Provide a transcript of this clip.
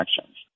actions